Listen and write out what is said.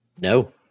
No